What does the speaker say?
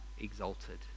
exalted